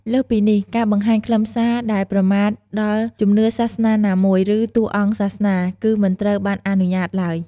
លើសពីនេះ ការបង្ហាញខ្លឹមសារដែលប្រមាថដល់ជំនឿសាសនាណាមួយ ឬតួអង្គសាសនា គឺមិនត្រូវបានអនុញ្ញាតឡើយ។